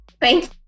Thank